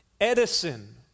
Edison